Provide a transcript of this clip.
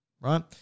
right